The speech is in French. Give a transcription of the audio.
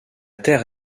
terre